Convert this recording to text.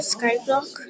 Skyblock